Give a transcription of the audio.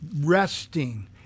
resting